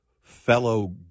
fellow